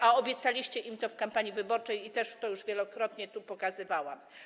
A obiecaliście im to w kampanii wyborczej, co też już wielokrotnie tu pokazywałam.